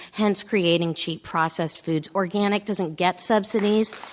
hence creating cheat processed foods. organic doesn't get subsidies.